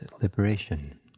liberation